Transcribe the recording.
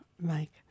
make